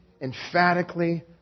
emphatically